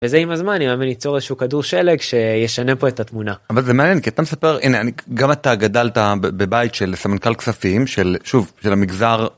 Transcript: זה עם הזמן יצור איזשהו כדור שלג שישנה פה את התמונה, אבל זה מעניין כי אתה מספר הנה אני גם אתה גדלת בבית של סמנכל כספים של שוב של המגזר.